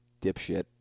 dipshit